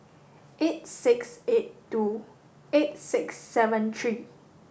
eight six eight two eight six seven three